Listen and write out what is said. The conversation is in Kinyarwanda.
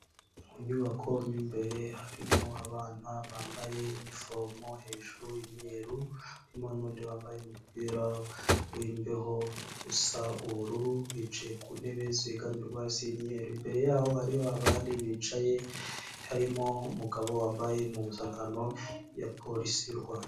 Mu nyubako mo imbere harimo abana bambaye inifomo hejuru y'imweru harimo n'undi wambaye umupira w'imbeho usa ubururu wicaye ku ntebe zegamirwa zimye imbere yaho hariho abandi bicaye harimo umugabo wambaye impuzankano ya polisi y'u Rwanda.